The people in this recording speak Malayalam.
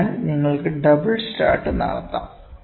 അതിനാൽ നിങ്ങൾക്ക് ഡബിൾ സ്റ്റാർട്ട് നടത്താം